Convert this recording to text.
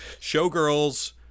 Showgirls